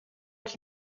als